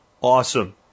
awesome